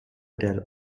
der